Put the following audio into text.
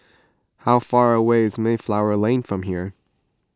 how far away is Mayflower Lane from here